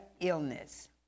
illness